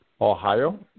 Ohio